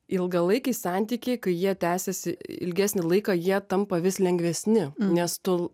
ilgalaikiai santykiai kai jie tęsiasi ilgesnį laiką jie tampa vis lengvesni nes tu